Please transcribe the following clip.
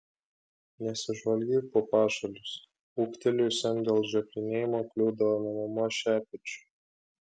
nesižvalgyk po pašalius ūgtelėjusiam dėl žioplinėjimo kliūdavo nuo mamos šepečiu